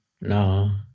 no